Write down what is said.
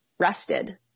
rested